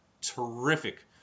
terrific